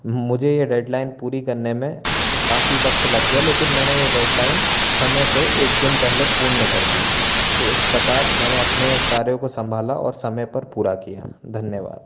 मुझे ये डेडलाइन पूरी करने में काफ़ी वक्त लग गया लेकिन मैंने ये डेटलाइन समय से एक दिन पहले पूर्ण कर दी तो इस प्रकार मैंने अपने कार्य को संभाला और समय पर पूरा किया धन्यवाद